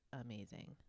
amazing